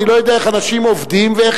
אני לא יודע איך אנשים עובדים ואיך